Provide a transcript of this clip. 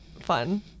fun